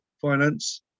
finance